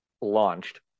launched